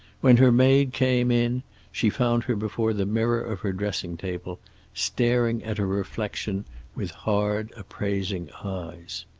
when her maid came in she found her before the mirror of her dressing-table, staring at her reflection with hard, appraising eyes.